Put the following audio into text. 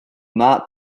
not